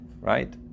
right